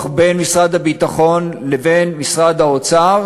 בין משרד הביטחון לבין משרד האוצר